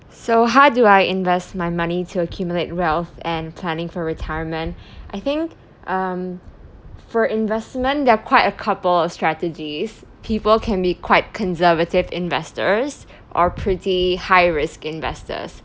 so how do I invest my money to accumulate wealth and planning for retirement I think um for investment there are quite a couple of strategies people can be quite conservative investors or pretty high risk investors